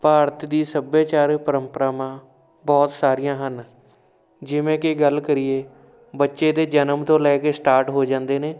ਭਾਰਤ ਦੀ ਸੱਭਿਆਚਾਰ ਪਰੰਪਰਾਵਾਂ ਬਹੁਤ ਸਾਰੀਆਂ ਹਨ ਜਿਵੇਂ ਕਿ ਗੱਲ ਕਰੀਏ ਬੱਚੇ ਦੇ ਜਨਮ ਤੋਂ ਲੈ ਕੇ ਸਟਾਰਟ ਹੋ ਜਾਂਦੇ ਨੇ